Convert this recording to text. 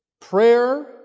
Prayer